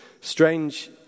strange